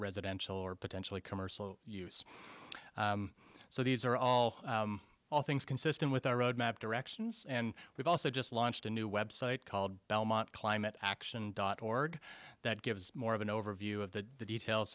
residential or potentially commercial use so these are all all things consistent with our road map directions and we've also just launched a new website called belmont climate action dot org that gives more of an overview of the details